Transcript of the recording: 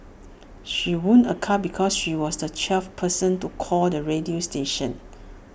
she won A car because she was the twelfth person to call the radio station